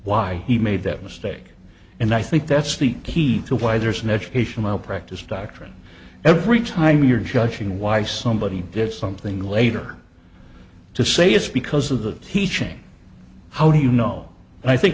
why he made that mistake and i think that's the key to why there's an educational practice doctrine every time you're judging why somebody did something later to say it's because of that he changed how do you know and i think